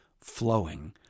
flowing